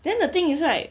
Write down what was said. then the thing is right